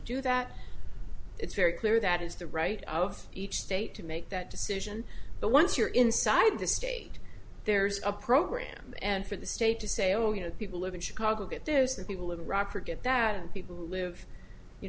do that it's very clear that it's the right of each state to make that decision but once you're inside the state there's a program and for the state to say oh you know people live in chicago get those the people of iraq forget that and people who live you